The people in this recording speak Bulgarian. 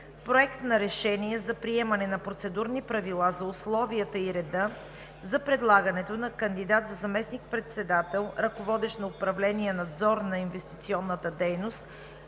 Проект на решение за приемане на процедурни правила за условията и реда за предлагането на кандидат за заместник-председател, ръководещ управление „Надзор на инвестиционната дейност“,